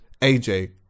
AJ